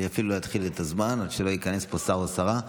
אני אפילו לא אתחיל את הזמן עד שלא ייכנס לפה שר או שרה.